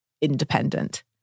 independent